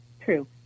True